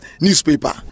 newspaper